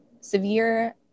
severe